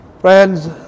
Friends